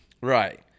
Right